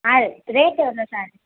அது ரேட்டு எவ்வளோ சார்